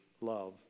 love